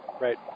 Right